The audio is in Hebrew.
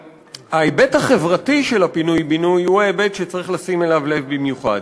ההיבט החברתי של פינוי-בינוי הוא ההיבט שצריך לשים לב אליו במיוחד.